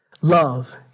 love